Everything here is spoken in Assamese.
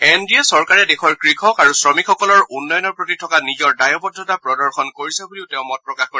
এন ডি এ চৰকাৰে দেশৰ কৃষক আৰু শ্ৰমিকসকলৰ উন্নয়নৰ প্ৰতি থকা নিজৰ দায়বদ্ধতা প্ৰদৰ্শন কৰিছে বুলিও তেওঁ মত প্ৰকাশ কৰে